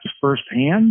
firsthand